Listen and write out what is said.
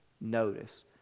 notice